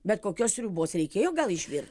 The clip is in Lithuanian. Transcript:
bet kokios sriubos reikėjo gal išvirt